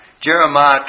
Jeremiah